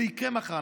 זה יקרה מחר.